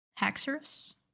Haxorus